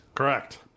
Correct